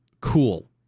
cool